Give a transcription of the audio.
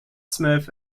smith